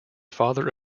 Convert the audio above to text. father